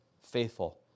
faithful